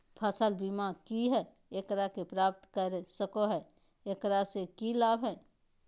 फसल बीमा की है, एकरा के प्राप्त कर सको है, एकरा से की लाभ है?